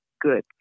good